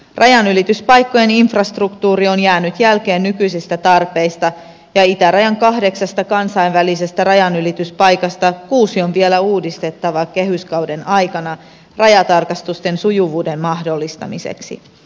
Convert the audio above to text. rajanylityspaikkojen infrastruktuuri on jäänyt jälkeen nykyisistä tarpeista ja itärajan kahdeksasta kansainvälisestä rajanylityspaikasta kuusi on vielä uudistettava kehyskauden aikana rajatarkastusten sujuvuuden mahdollistamiseksi